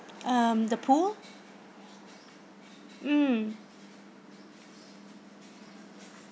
um the pool mm